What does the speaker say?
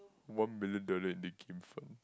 one million dollar and then it came from